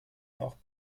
noch